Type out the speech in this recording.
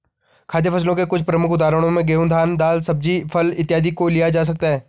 खाद्य फसलों के कुछ प्रमुख उदाहरणों में गेहूं, धान, दाल, सब्जी, फल इत्यादि को लिया जा सकता है